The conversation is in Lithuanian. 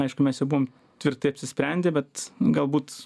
aišku mes jau buvom tvirtai apsisprendę bet galbūt